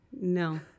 No